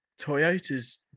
toyota's